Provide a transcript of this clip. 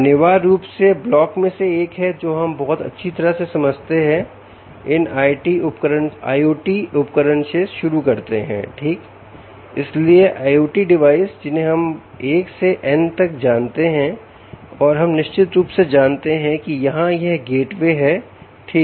अनिवार्य रूप से ब्लॉक में से एक है जो हम बहुत अच्छी तरह से समझते हैं इन IoT उपकरण से शुरू करते हैं ठीक इसलिए IoT डिवाइस जिन्हें हम 1 से N तक जानते हैं और हम निश्चित रूप से जानते हैं कि यहां यह गेटवे है ठीक